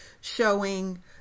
showing